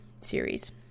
series